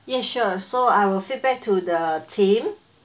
yes sure so I will feedback to the team